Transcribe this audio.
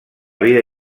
vida